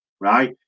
right